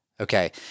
Okay